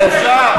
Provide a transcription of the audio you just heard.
בושה לכנסת.